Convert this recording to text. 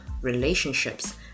relationships